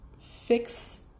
fix